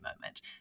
moment